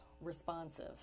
responsive